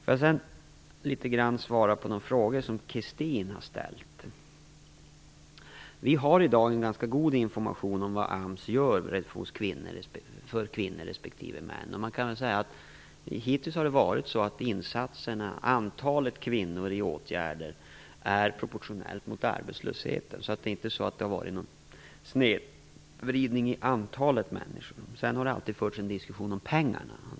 Jag skall svara på de frågor som Christin Nilsson har ställt. Vi har i dag en ganska god information om vad AMS gör för kvinnor respektive män. Man kan säga att det hittills har varit så att antalet kvinnor i arbetsmarknadspolitiska åtgärder står i proportion till antalet arbetslösa kvinnor. Det är inte så att det har varit en snedvridning i antalet människor, men det har alltid förts en diskussion om pengarna.